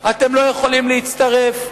אתם לא יכולים להצטרף.